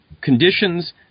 conditions